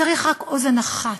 צריך רק אוזן אחת,